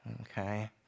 Okay